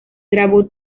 grabó